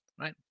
Right